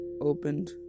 opened